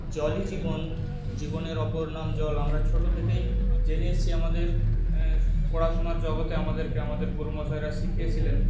জলই জীবন জীবনের ওপর নাম জল আমারা ছোটো থেকেই জেনে এসেছি আমাদের পড়াশোনার জগতে আমাদেরকে আমাদের গুরুমশাইয়েরা শিখিয়ে ছিলেন